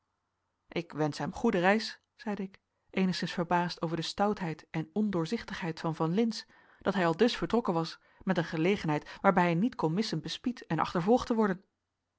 ik wensch hem goede reis zeide ik eenigszins verbaasd over de stoutheid en ondoorzichtigheid van van lintz dat hij aldus vertrokken was met een gelegenheid waarbij hij niet kon missen bespied en achtervolgd te worden